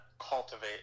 cultivate